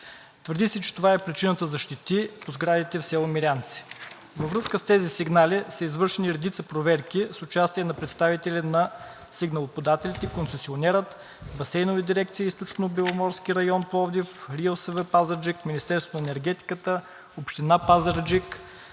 Твърди се, че това е причината за щети по сградите в село Мирянци. Във връзка с тези сигнали са извършени редица проверки с участие на представители на сигналоподателите, концесионера, Басейнова дирекция „Източнобеломорски район“ – Пловдив, РИОСВ – Пазарджик, Министерство на енергетиката, Община Пазарджик,